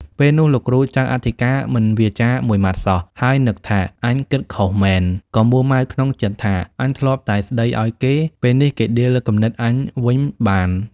ពេលនោះ លោកគ្រូចៅអធិការមិនវាចាមួយម៉ាត់សោះ ហើយនឹកថា "អញគិតខុសមែន" ក៏មួម៉ៅក្នុងចិត្តថា "អញធ្លាប់តែស្តីឲ្យគេ ពេលនេះគេដៀលគំនិតអញវិញបាន"។